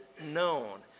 known